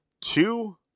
two